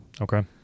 Okay